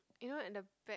you know at the back